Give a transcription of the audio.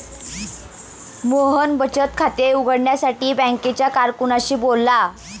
मोहन बचत खाते उघडण्यासाठी बँकेच्या कारकुनाशी बोलला